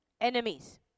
enemies